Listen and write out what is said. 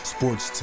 Sports